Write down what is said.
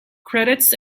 credits